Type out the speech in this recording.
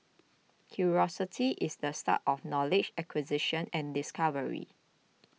curiosity is the start of knowledge acquisition and discovery